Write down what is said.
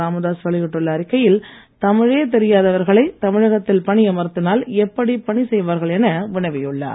ராமதாஸ் வெளியிட்டுள்ள அறிக்கையில் தமிழே தெரியாதவர்களை தமிழகத்தில் பணியமர்த்தினால் எப்படி பணி செய்வார்கள் என வினவியுள்ளார்